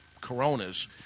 Coronas